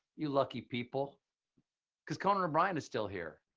you lucky people because conan o'brien is still here.